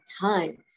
time